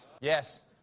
Yes